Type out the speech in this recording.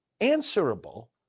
answerable